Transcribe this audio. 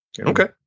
Okay